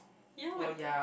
ya my pre